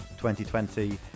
2020